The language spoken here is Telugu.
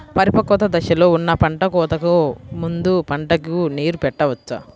పరిపక్వత దశలో ఉన్న పంట కోతకు ముందు పంటకు నీరు పెట్టవచ్చా?